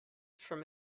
from